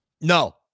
no